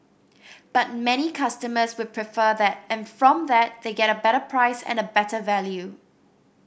but many customers would prefer that and from that they get a better price and a better value